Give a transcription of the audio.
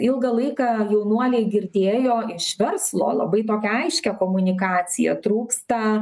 ilgą laiką jaunuoliai girdėjo iš verslo labai tokią aiškią komunikaciją trūksta